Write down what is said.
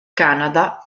canada